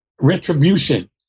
retribution